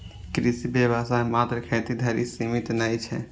कृषि व्यवसाय मात्र खेती धरि सीमित नै छै